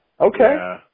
Okay